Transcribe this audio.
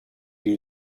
you